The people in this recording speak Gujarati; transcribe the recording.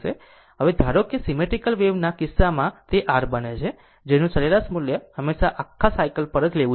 તો હવે આગળ ધારો કે સીમેટ્રીકલ વેવના કિસ્સામાં તે r બને છે જેનું સરેરાશ મૂલ્ય હંમેશાં આખા સાયકલ પર જ લેવું જોઈએ